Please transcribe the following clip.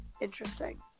interesting